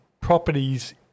properties